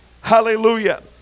Hallelujah